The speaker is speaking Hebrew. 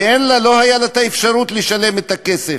ולא הייתה לה אפשרות לשלם את הכסף,